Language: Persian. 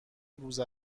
روز